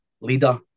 leader